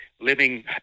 living